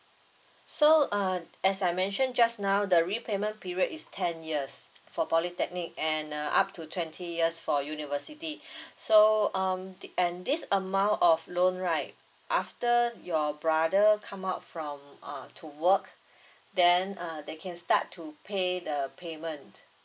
so uh as I mention just now the repayment period is ten years for polytechnic and uh up to twenty years for university so um and this amount of loan right after your brother come out from uh to work then uh they can start to pay the payment